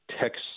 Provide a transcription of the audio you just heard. text